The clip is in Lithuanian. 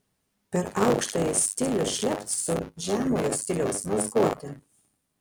per aukštąjį stilių šlept su žemojo stiliaus mazgote